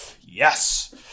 Yes